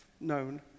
known